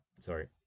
sorry